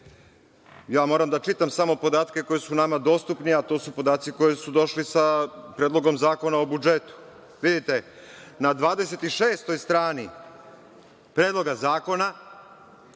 ja moram da čitam samo podatke koji su nama dostupni, a to su podaci koji su došli sa Predlogom zakona o budžetu. Vidite, na 26. strani Predloga zakona,